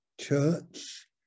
Church